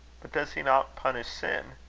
but does he not punish sin?